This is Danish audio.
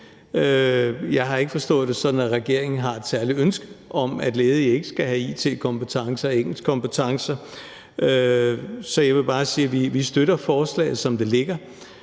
Jeg har ikke forstået det sådan, at regeringen har et særligt ønske om, at ledige ikke skal have it-kompetencer og engelskkompetencer. Så jeg vil bare sige, at vi støtter forslaget, som det ligger,